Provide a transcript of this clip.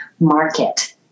market